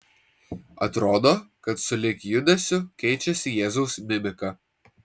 atrodo kad sulig judesiu keičiasi jėzaus mimika